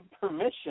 permission